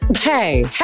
hey